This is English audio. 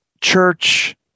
Church